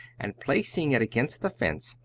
and, placing it against the fence,